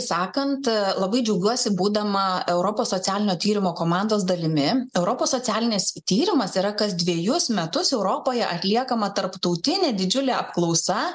sakant labai džiaugiuosi būdama europos socialinio tyrimo komandos dalimi europos socialinis tyrimas yra kas dvejus metus europoje atliekama tarptautinė didžiulė apklausa